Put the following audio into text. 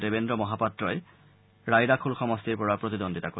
দেবেদ্ৰ মহাপাত্ৰই ৰায়ৰাখোল সমষ্টিৰ পৰা প্ৰতিদ্বন্দ্বিতা কৰিব